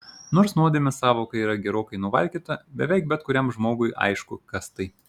nors nuodėmės sąvoka yra gerokai nuvalkiota beveik bet kuriam žmogui aišku kas tai